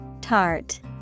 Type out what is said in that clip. Tart